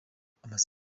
amasengesho